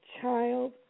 child